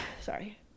Sorry